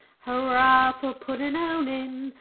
hurrah for puddin'-owning,